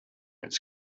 its